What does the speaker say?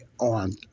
on